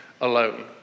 alone